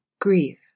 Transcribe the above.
grief